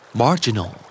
marginal